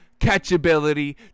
catchability